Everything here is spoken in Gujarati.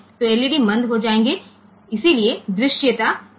તેથી આ LED ઝાંખી હશે અને તેની દૃશ્યતામાં સમસ્યા હોઈ શકે છે